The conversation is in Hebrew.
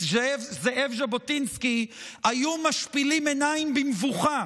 זאב ז'בוטינסקי היו משפילים עיניים במבוכה